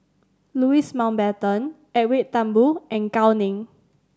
Louis Mountbatten Edwin Thumboo and Gao Ning